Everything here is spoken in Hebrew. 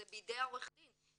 זה בידי עורך הדין.